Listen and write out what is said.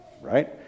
right